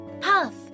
Puff